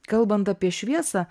kalbant apie šviesą